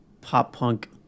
pop-punk